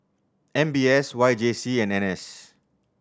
N B S Y J C and N S